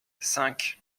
cinq